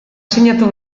sinatu